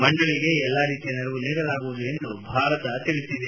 ಮಂಡಳಿಗೆ ಎಲ್ಲ ರೀತಿಯ ನೆರವು ನೀಡಲಾಗುವುದು ಎಂದು ಭಾರತ ಸ್ಪಷ್ಷಪಡಿಸಿದೆ